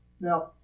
Now